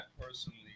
personally